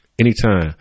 anytime